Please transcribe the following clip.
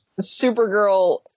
Supergirl